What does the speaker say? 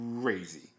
crazy